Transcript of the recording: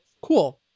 cool